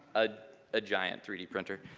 ah a giant three d printer.